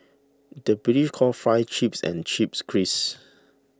the British calls Fries Chips and Chips Crisps